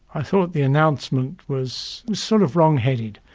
i thought the announcement was sort of wrong-headed.